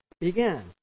began